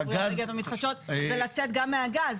האנרגיות המתחדשות כדי לצאת גם מהגז,